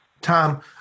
Tom